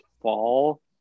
fall